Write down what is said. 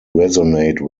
resonate